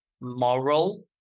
moral